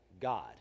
God